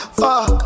fuck